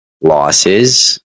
Losses